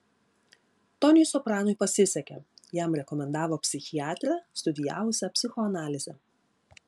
toniui sopranui pasisekė jam rekomendavo psichiatrę studijavusią psichoanalizę